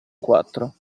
quattro